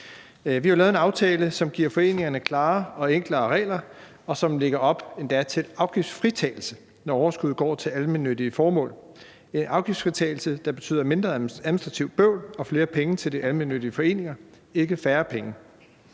Vi har jo lavet en aftale, som giver foreningerne klare og enklere regler, og som endda lægger op til afgiftsfritagelse, når overskuddet går til almennyttige formål – en afgiftsfritagelse, der betyder mindre administrativt bøvl og flere penge til de almennyttige foreninger, ikke færre penge.